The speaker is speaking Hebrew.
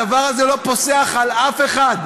הדבר הזה לא פוסח על אף אחד.